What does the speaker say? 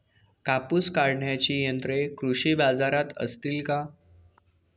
कापूस काढण्याची यंत्रे कृषी बाजारात असतील का?